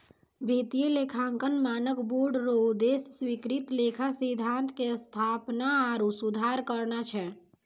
वित्तीय लेखांकन मानक बोर्ड रो उद्देश्य स्वीकृत लेखा सिद्धान्त के स्थापना आरु सुधार करना छै